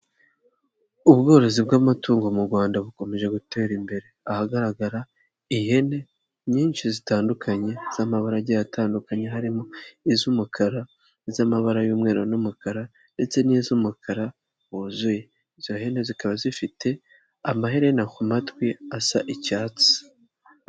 Ubworozi bw'amatungo mu Rwanda bukomeje gutera imbere, ahagaragara ihene nyinshi zitandukanye z'amabara agiye atandukanye, harimo iz'umukara n'iz'amabara y'umweru n'umukara ndetse n'iz'umukara wuzuye, izo hene zikaba zifite amaherena ku matwi asa icyatsi.